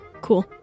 Cool